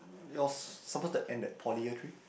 it was supposed to end at poly year three